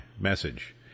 message